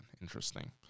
Interesting